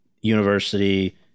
university